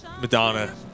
Madonna